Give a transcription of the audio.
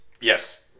Yes